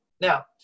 Now